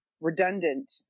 redundant